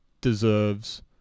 deserves